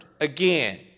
again